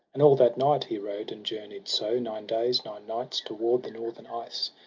and all that night he rode, and journey'd so, nine days, nine nights, toward the northern ice.